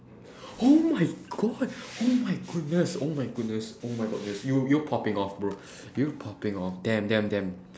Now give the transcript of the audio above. oh my god oh my goodness oh my goodness oh my goodness you're popping off bro you're popping off damn damn damn